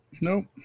Nope